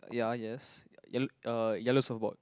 ya yes yel~ uh yellow surfboard